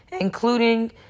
including